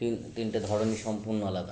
তিন তিনটে ধরনই সম্পূর্ণ আলাদা